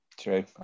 True